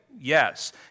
Yes